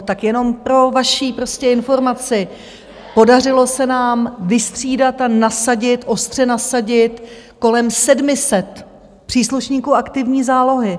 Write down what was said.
Tak jenom pro vaši informaci, podařilo se nám vystřídat a nasadit, ostře nasadit, kolem 700 příslušníků aktivní zálohy.